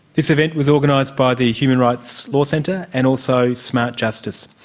this event was organised by the human rights law centre, and also smart justice.